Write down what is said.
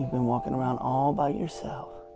been walking around all by yourself.